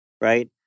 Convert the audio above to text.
right